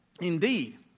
Indeed